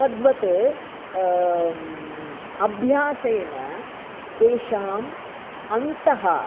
तद्वत् अभ्यासेन तेषाम् अन्तः